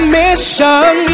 mission